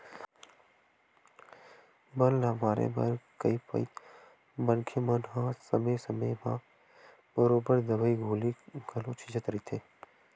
बन ल मारे बर कई पइत मनखे मन हा समे समे म बरोबर दवई गोली घलो छिंचत रहिथे